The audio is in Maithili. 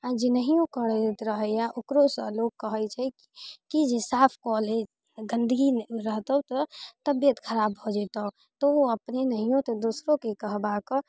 आओर जे नहियो करैत रहैय ओकरोसँ लोक कहै छै कि जे साफ कऽ ले गन्दगी रहतौ तऽ तबियत खराब भऽ जेतौ तऽ ओ अपने नहियो तऽ दोसरोके कहबाक